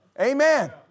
Amen